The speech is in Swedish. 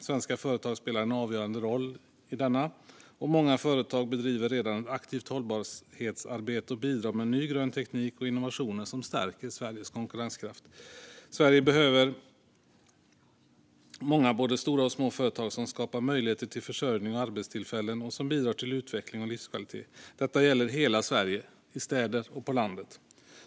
Svenska företag spelar en avgörande roll i den, och många företag bedriver redan aktivt hållbarhetsarbete och bidrar med ny grön teknik och innovationer som stärker Sveriges konkurrenskraft. Sverige behöver många både stora och små företag som skapar möjligheter till försörjning och arbetstillfällen och som bidrar till utveckling och livskvalitet. Detta gäller hela Sverige, i städer och på landet.